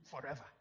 forever